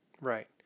Right